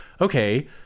okay